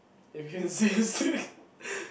if you insist